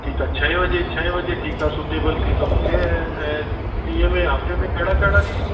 ठीकु आहे छहे बॼे छहे बॼे ठीकु आहे सूटेबल थींदो मूंखे ऐं ॾींहं में हफ़्ते में हफ़्ते में कहिड़ा कहिड़ा ॾींहंं